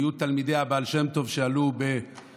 היו תלמידי הבעל שם טוב, שעלו ב-1777,